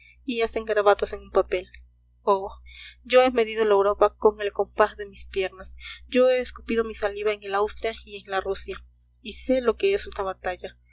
y hacen garabatos en un papel oh yo he medido la europa con el compás de mis piernas yo he escupido mi saliva en el austria y en la rusia y sé lo que es una batalla